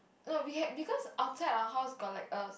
no we had because our outside our house got like a